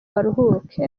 baruhuke